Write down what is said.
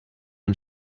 ein